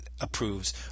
approves